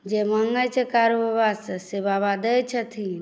जे माँगैत छै कारूबाबासँ से बाबा दैत छथिन